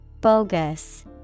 Bogus